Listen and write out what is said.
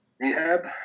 rehab